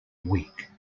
weak